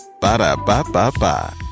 Ba-da-ba-ba-ba